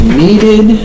needed